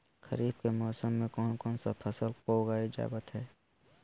खरीफ के मौसम में कौन कौन सा फसल को उगाई जावत हैं?